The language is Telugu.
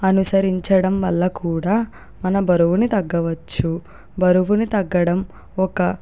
అనుసరించడం వల్ల కూడా మనం బరువుని తగ్గవచ్చు బరువుని తగ్గడం ఒక